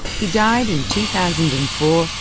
he died in two thousand and four,